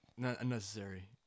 unnecessary